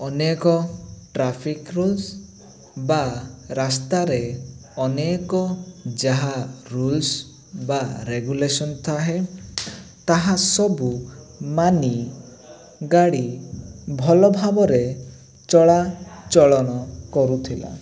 ଅନେକ traffic rules ବା ରାସ୍ତାରେ ଅନେକ ଯାହା ରୁଲସ ବା ରେଗୁଲେସନ ଥାଏ ତାହା ସବୁ ମାନି ଗାଡ଼ି ଭଲ ଭାବରେ ଚଳା ଚଳନ କରୁଥିଲା